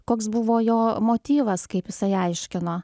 koks buvo jo motyvas kaip jisai aiškino